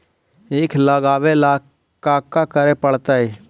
ईख लगावे ला का का करे पड़तैई?